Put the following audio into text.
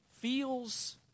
feels